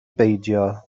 beidio